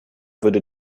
würde